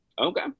Okay